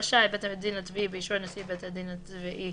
רשאי בית הדין הצבאי באישור נשיא בית הדין הצבאי,